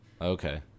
okay